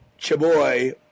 Chaboy